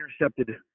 intercepted